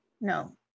No